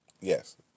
Yes